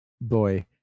Boy